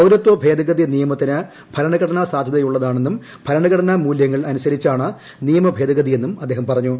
പൌരത്വ ഭേദഗതി നിയമത്തിന് ഭരണഘടനാ സാധുതയുള്ളതാണെന്നും ഭരണഘടനാ മൂല്യങ്ങൾ അനുസരിച്ചാണ് നിയമ ഭേദഗതിയെന്നും അദ്ദേഹം പറഞ്ഞു